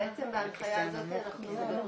בהנחיה הזאת אנחנו מדברים